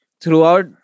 throughout